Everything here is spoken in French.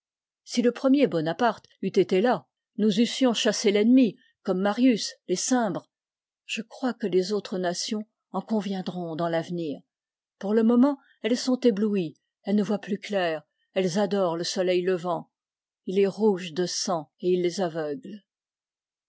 si le premier bonaparte eût été là nous eussions chassé l'ennemi comme marius les gimbres je crois que les autres nations en conviendront dans l'avenir pour le moment elles sont éblouies elles ne voient plus clair elles adorent le soleil levant il est rouge de sang et il les aveugle